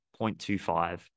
0.25